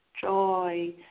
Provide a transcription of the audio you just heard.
joy